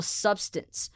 substance